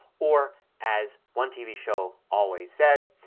or as one tv show always said,